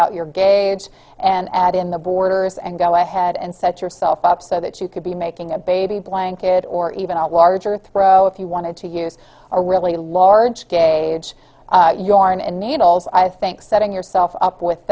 out your gauge and add in the borders and go ahead and set yourself up so that you could be making a baby blanket or even a larger throw if you wanted to use a really large a yarn and needles i think setting yourself up with